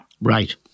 Right